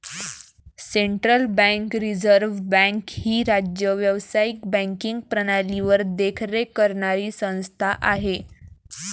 central bank reserve bank ही राज्य व्यावसायिक बँकिंग प्रणालीवर देखरेख करणारी संस्था आहे